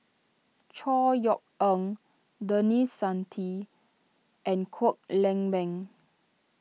Chor Yeok Eng Denis Santry and Kwek Leng Beng